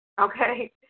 Okay